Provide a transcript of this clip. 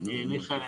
מיכאל,